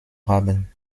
haben